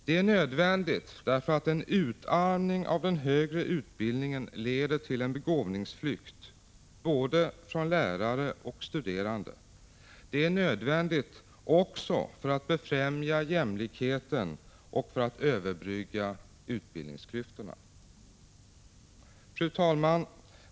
Det är nödvändigt därför att en utarmning av den högre utbildningen leder till en begåvningsflykt både av lärare och av studerande. Det är nödvändigt också för att främja jämlikheten och för att överbrygga utbildningsklyftorna. Fru talman!